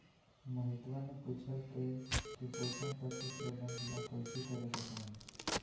मोहितवा ने पूछल कई की पोषण तत्व प्रबंधन ला काउची करे के चाहि?